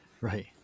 Right